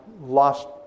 lost